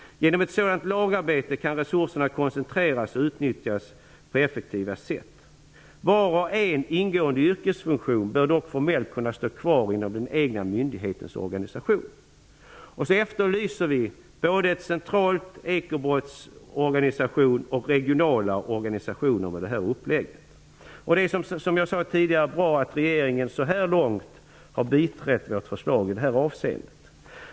Genom ett sådant lagarbete kan resurserna koncentreras och utnyttjas på effektivaste sätt. Var och en ingående yrkesfunktion bör dock formellt kunna stå kvar inom den egna myndighetens organisation. Vi efterlyser både en central ekobrottsorganisation och regionala organisationer med det här upplägget. Det är, som jag sade tidigare, bra att regeringen så här långt har biträtt vårt förslag i det här avseendet.